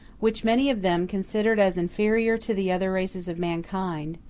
which many of them considered as inferior to the other races of mankind,